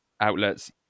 outlets